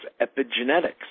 epigenetics